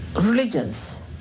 religions